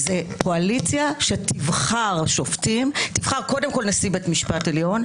מדובר בקואליציה שתבחר נשיא בית משפט עליון,